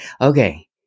okay